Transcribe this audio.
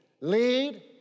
Lead